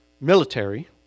military